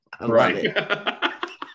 Right